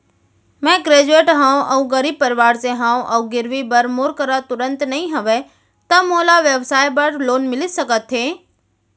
मैं ग्रेजुएट हव अऊ गरीब परवार से हव अऊ गिरवी बर मोर करा तुरंत नहीं हवय त मोला व्यवसाय बर लोन मिलिस सकथे?